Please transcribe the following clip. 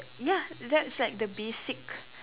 ya that's like the basic